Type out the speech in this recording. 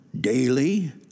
daily